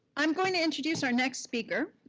i'm going to introduce our next speaker.